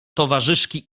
towarzyszki